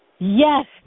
Yes